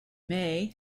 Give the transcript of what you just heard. may